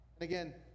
Again